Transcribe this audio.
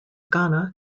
ghana